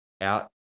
out